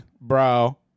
bro